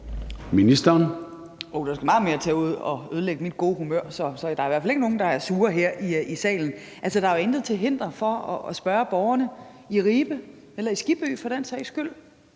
Løhde): Der skal meget mere til at ødelægge mit gode humør, så der er i hvert fald ikke nogen her i salen, der er sure. Altså, der er jo intet til hinder for at spørge borgerne i Ribe eller i Skibby for den sags skyld.